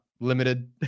limited